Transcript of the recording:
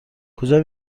کجا